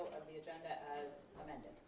the agenda as amended.